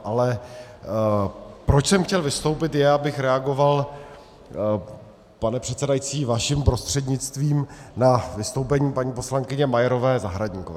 Ale proč jsem chtěl vystoupit, je, abych reagoval, pane předsedající, vaším prostřednictvím, na vystoupení paní poslankyně Majerové Zahradníkové.